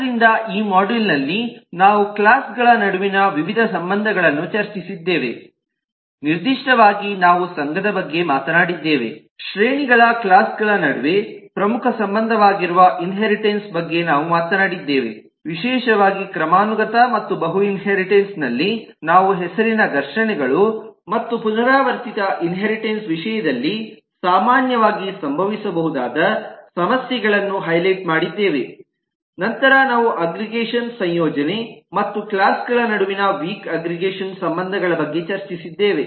ಆದ್ದರಿಂದ ಈ ಮಾಡ್ಯೂಲ್ ನಲ್ಲಿ ನಾವು ಕ್ಲಾಸ್ ಗಳ ನಡುವಿನ ವಿವಿಧ ಸಂಬಂಧಗಳನ್ನು ಚರ್ಚಿಸಿದ್ದೇವೆ ನಿರ್ದಿಷ್ಟವಾಗಿ ನಾವು ಸಂಘದ ಬಗ್ಗೆ ಮಾತನಾಡಿದ್ದೇವೆ ಶ್ರೇಣಿಗಳ ಕ್ಲಾಸ್ ಗಳ ನಡುವೆ ಪ್ರಮುಖ ಸಂಬಂಧವಾಗಿರುವ ಇನ್ಹೇರಿಟೆನ್ಸ್ ಬಗ್ಗೆ ನಾವು ಮಾತನಾಡಿದ್ದೇವೆ ವಿಶೇಷವಾಗಿ ಕ್ರಮಾನುಗತ ಮತ್ತು ಬಹು ಇನ್ಹೇರಿಟೆನ್ಸ್ ಮತ್ತು ಬಹು ಇನ್ಹೇರಿಟೆನ್ಸ್ ನಲ್ಲಿ ನಾವು ಹೆಸರಿನ ಘರ್ಷಣೆಗಳು ಮತ್ತು ಪುನರಾವರ್ತಿತ ಇನ್ಹೇರಿಟೆನ್ಸ್ ವಿಷಯದಲ್ಲಿ ಸಾಮಾನ್ಯವಾಗಿ ಸಂಭವಿಸಬಹುದಾದ ಸಮಸ್ಯೆಗಳನ್ನು ಹೈಲೈಟ್ ಮಾಡಿದ್ದೇವೆ ನಂತರ ನಾವು ಅಗ್ರಿಗೇಷನ್ ಸಂಯೋಜನೆ ಮತ್ತು ಕ್ಲಾಸ್ ಗಳ ನಡುವಿನ ವೀಕ್ ಅಗ್ರಿಗೇಷನ್ ಸಂಬಂಧಗಳ ಬಗ್ಗೆ ಚರ್ಚಿಸಿದ್ದೇವೆ